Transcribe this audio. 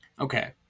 Okay